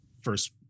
first